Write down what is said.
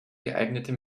geeignete